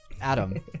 Adam